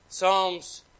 Psalms